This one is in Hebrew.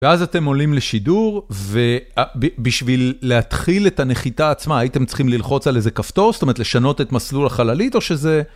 ואז אתם עולים לשידור, ובשביל להתחיל את הנחיתה עצמה הייתם צריכים ללחוץ על איזה כפתור, זאת אומרת לשנות את מסלול החללית או שזה...